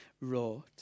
wrote